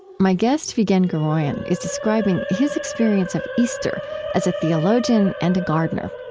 my guest, vigen guroian, is describing his experience of easter as a theologian and a gardener.